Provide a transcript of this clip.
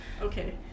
Okay